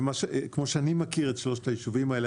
כמו שאני מכיר את שלושת היישובים האלה,